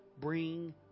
bring